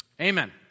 Amen